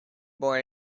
born